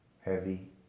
heavy